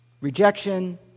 rejection